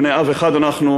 בני אב אחד אנחנו,